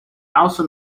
also